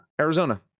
Arizona